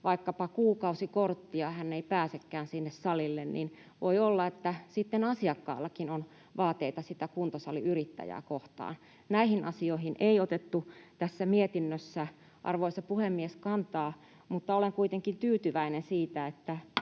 vaikkapa kuukausikortti ja hän ei pääsekään sinne salille, niin voi olla, että sitten asiakkaallakin on vaateita sitä kuntosaliyrittäjää kohtaan. Näihin asioihin ei otettu tässä mietinnössä, arvoisa puhemies, kantaa, mutta olen kuitenkin tyytyväinen siitä,